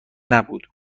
نبود